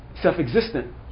self-existent